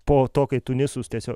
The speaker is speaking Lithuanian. po to kai tunisus tiesiog